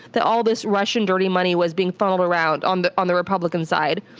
that all this russian dirty money was being funneled around on the on the republican side,